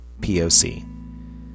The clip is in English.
POC